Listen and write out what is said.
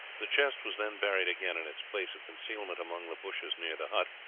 the chest was then buried again in its place of concealment among the bushes near the hut,